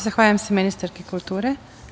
Zahvaljujem se ministarki kulture.